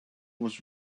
was